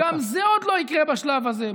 גם זה עוד לא יקרה בשלב הזה.